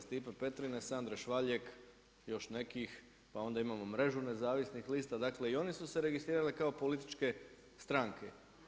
Stipe Petrina, Sandra Švaljek, još nekih, pa onda imamo Mrežu nezavisnih lista, dakle i oni su se registrirali kao političke stranke.